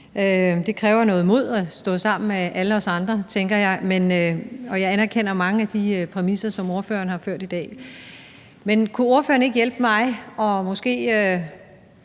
Det kræver noget mod at stå sammen med alle os andre, tænker jeg, og jeg anerkender mange af de præmisser, som ordføreren har fremført i dag. Men kunne ordføreren ikke hjælpe mig og måske